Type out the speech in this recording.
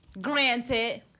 granted